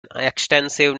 extensive